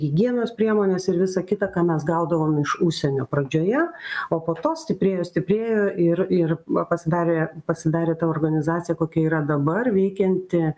higienos priemones ir visa kita ką mes gaudavom iš užsienio pradžioje o po to stiprėjo stiprėjo ir ir pasidarė pasidarė ta organizacija kokia yra dabar veikianti